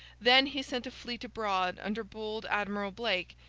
then, he sent a fleet abroad under bold admiral blake,